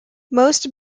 most